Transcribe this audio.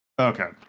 Okay